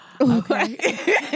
Okay